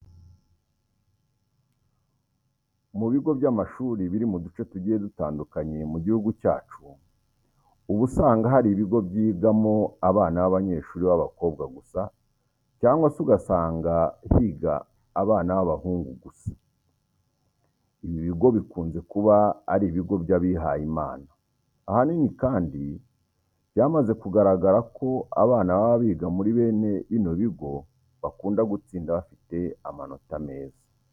Mu bigo by'amashuri biri mu duce tugiye dutandukanye mu gihugu cyacu, uba usanga hari ibigo byigamo abana b'abanyeshuri b'abakobwa gusa cyangwa se ugasanga higa abana b'abahungu gusa. Ibi bigo bikunze kuba ari ibigo by'abihayimana. Ahanini kandi byamaze kugaragara ko abana baba biga muri bene bino bigo bakunda gutsinda bafite amanota meza.